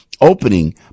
opening